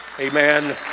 Amen